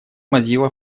mozilla